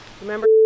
remember